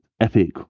Epic